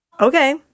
Okay